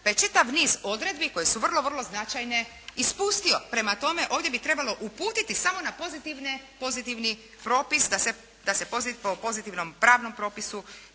je čitav niz odredbi koje su vrlo vrlo značajne ispustio. Prema tome, ovdje bi trebalo uputiti samo na pozitivne, pozitivni propis, da se po pozitivnom pravnom propisu,